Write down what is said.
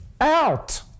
out